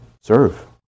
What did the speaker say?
serve